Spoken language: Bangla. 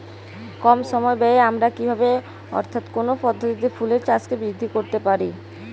কম সময় ব্যায়ে আমরা কি ভাবে অর্থাৎ কোন পদ্ধতিতে ফুলের চাষকে বৃদ্ধি করতে পারি?